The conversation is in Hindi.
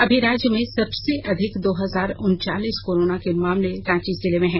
अभी राज्य में सबसे अधिक दो हजार उनचालीस कोरोना के मामले रांची जिले में हैं